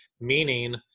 meaning